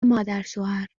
مادرشوهرتو